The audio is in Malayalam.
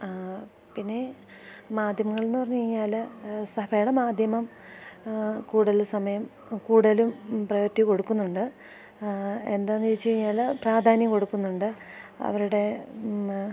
പിന്നെ മാധ്യമങ്ങളെന്ന് പറഞ്ഞുകഴിഞ്ഞാല് സഭയുടെ മാധ്യമം കൂടുതല് പ്രയോറിറ്റി കൊടുക്കുന്നുണ്ട് എന്താണെന്ന് ചോദിച്ചു കഴിഞ്ഞാല് പ്രാധാന്യം കൊടുക്കുന്നുണ്ട് അവരുടെ